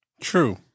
true